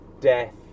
death